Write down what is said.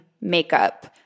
makeup